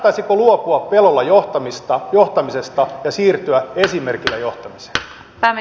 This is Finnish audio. kannattaisiko luopua pelolla johtamisesta ja siirtyä esimerkillä johtamiseen